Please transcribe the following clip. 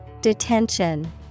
Detention